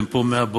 הם פה מהבוקר,